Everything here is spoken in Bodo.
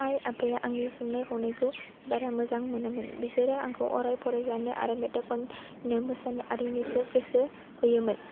आइ आफाया आंनि संनाय खावनायखौ बारा मोजां मोनामोन बिसोरो आंखौ अराय फरायजानो आरो मेथाइ खन नो आरो मोसानो आरिनोसो गोसो होयोमोन